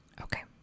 Okay